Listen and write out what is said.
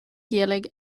gaeilge